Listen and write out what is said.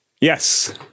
Yes